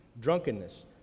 drunkenness